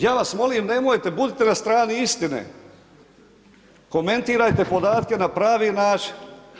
Ja vas molim nemojte, budite na strani istine, komentirajte podatke na pravi način.